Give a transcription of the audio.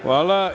Hvala.